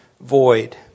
void